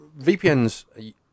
VPNs